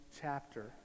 chapter